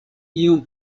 iom